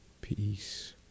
peace